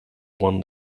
won